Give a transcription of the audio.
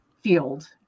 field